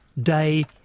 day